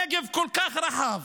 הנגב כל כך רחב,